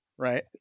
Right